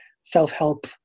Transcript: self-help